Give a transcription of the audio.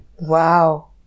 Wow